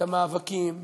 את המאבקים,